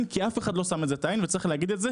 כי אף אחד לא שם על זה את העין וצריך להגיד את זה,